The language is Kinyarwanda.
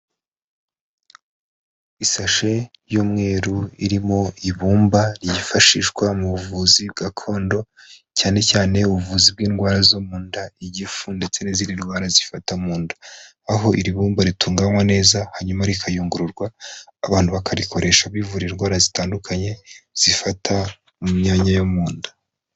Isashe y'umweru, irimo ibumba ryifashishwa mu buvuzi gakondo cyane cyane ubuvuzi bw'indwara zo mu nda, igifu ndetse n'izindi ndwara zifata mu nda aho iri bumba ritunganywa neza, hanyuma rikayungururwa, abantu bakarikoresha bivura indwara zitandukanye zifata mu myanya yo mu nda.